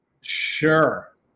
Sure